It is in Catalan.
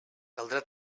caldrà